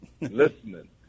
listening